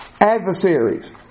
adversaries